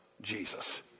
Jesus